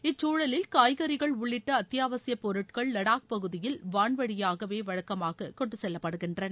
இச்சூழலில் காய்கறிகள் உள்ளிட்ட அத்தியாவசியப்பொருட்கள் லடாக் பகுதியில் வான்வழியாகவே வழக்கமாகக் கொண்டு செல்லப்படுகின்றன